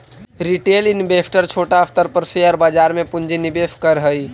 retail investor छोटा स्तर पर शेयर बाजार में पूंजी निवेश करऽ हई